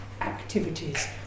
activities